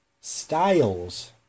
Styles